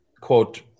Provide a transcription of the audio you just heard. quote